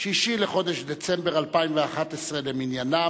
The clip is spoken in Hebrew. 6 בחודש דצמבר 2011 למניינם.